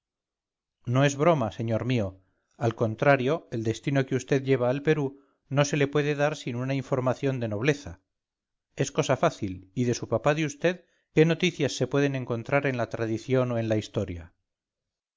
no es broma señor mío al contrario el destino que vd lleva al perú no se le puede dar sin una información de nobleza es cosa fácil y de su papá de vd qué noticias se pueden encontrar en la tradición o en la historia